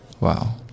Wow